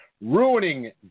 ruining